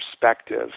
perspective